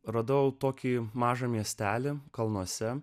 radau tokį mažą miestelį kalnuose